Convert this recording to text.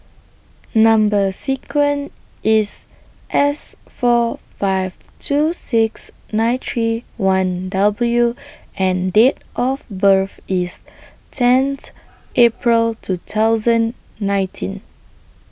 Number sequence IS S four five two six nine three one W and Date of birth IS tenth April two thousand nineteen